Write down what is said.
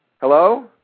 Hello